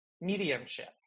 mediumship